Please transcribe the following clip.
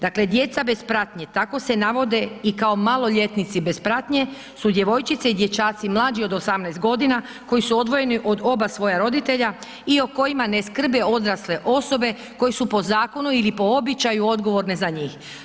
Dakle, djeca bez pratnje, tako se navode i kao maloljetnici bez pratnje su djevojčice i dječaci mlađi od 18.g. koji su odvojeni od oba svoja roditelja i o kojima ne skrbe odrasle osobe koje su po zakonu ili po običaju odgovorne za njih.